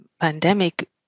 pandemic